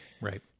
right